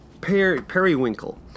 Periwinkle